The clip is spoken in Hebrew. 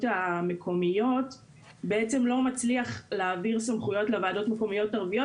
המקומיות בעצם לא מצליח להעביר סמכויות לוועדות מקומיות ערביות,